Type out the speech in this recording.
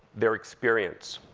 they're experience.